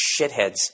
shitheads